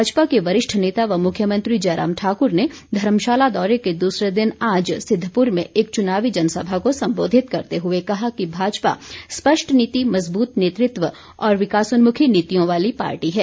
भाजपा के वरिष्ठ नेता व मुख्यमंत्री जयराम ठाकुर ने धर्मशाला दौरे के दूसरे दिन आज सिद्दपुर में एक चुनावी जनसभा को संबोधित करते हुए कहा कि भाजपा स्पष्ट नीति मजबूत नेतृत्व और विकासोन्मुखी नीतियों वाली पार्टी है